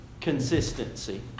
consistency